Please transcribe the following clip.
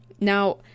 Now